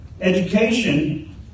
education